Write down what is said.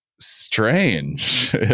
strange